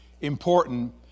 important